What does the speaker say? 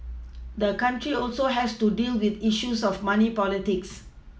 the country also has to deal with the issue of money politics